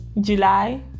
July